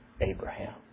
Abraham